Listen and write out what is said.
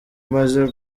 umaze